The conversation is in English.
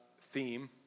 theme